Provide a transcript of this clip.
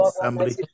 assembly